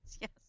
yes